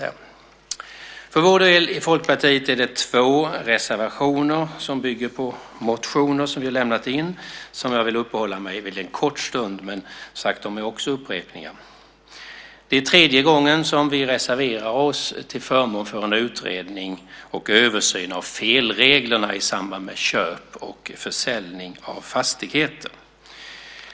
Jag vill uppehålla mig en kort stund vid två reservationer av Folkpartiet som bygger på motioner som vi har väckt. De är också upprepningar. Det är tredje gången som vi reserverar oss till förmån för en utredning och översyn av felreglerna i samband med köp och försäljning av fastigheter.